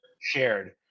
shared